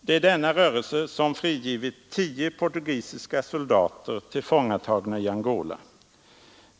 Det är denna rörelse som har frigivit tio portugisiska soldater, tillfångatagna i Angola.